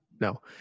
No